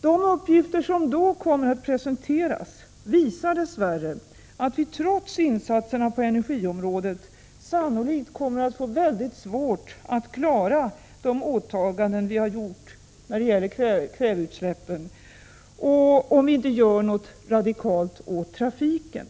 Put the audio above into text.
De uppgifter som då skall presenteras visar dess värre att vi trots insatserna på energiområdet sannolikt kommer att få väldigt svårt att klara de åtaganden vi har gjort när det gäller kväveutsläppen, om vi inte gör något radikalt åt trafiken.